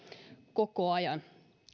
koko ajan